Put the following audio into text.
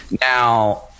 Now